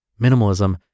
Minimalism